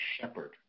shepherd